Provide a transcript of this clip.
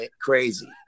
crazy